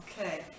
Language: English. Okay